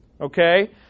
Okay